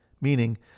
meaning